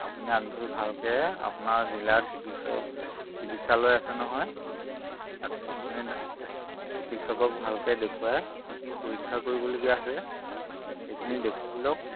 আপুনি আগধৰি ভালকে আপোনাৰ জিলাৰ চিকিৎসা চিকিৎসালয় আছে নহয় তাতে আপুনি চিকিৎসকক ভালকে দেখুৱাই কি কি পৰীক্ষা কৰিবলগীয়া আছে এইখিনি দেখুৱাই লওক